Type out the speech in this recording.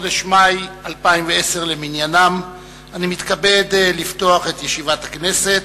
אני מתכבד לפתוח את ישיבת הכנסת.